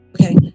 Okay